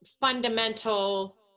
fundamental